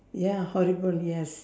ya horrible yes